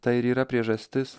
tai ir yra priežastis